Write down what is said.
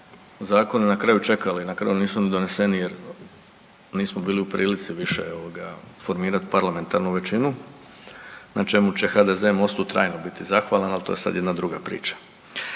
zakoni na kraju čekali, na kraju nisu ni doneseni jer nismo bili u prilici više ovoga formirat parlamentarnu većinu na čemu će HDZ MOST-trajno biti zahvalan ali to je sad jedna druga priča.